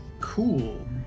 Cool